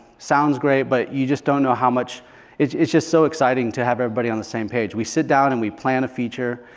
sounds great, but you just don't know how much it's it's just so exciting to have everybody on the same page. we sit down and we plan a feature.